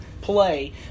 play